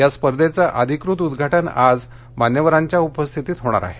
या स्पर्धेच अधिकृत उद्वाटन आज मान्यवरांच्या उपस्थितीत होणार आहे